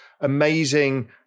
amazing